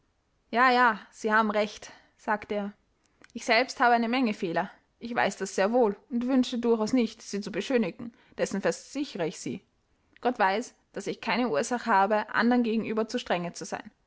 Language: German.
ja ja sie haben recht sagte er ich selbst habe eine menge fehler ich weiß das sehr wohl und wünsche durchaus nicht sie zu beschönigen dessen versichere ich sie gott weiß daß ich keine ursache habe andern gegenüber zu strenge zu sein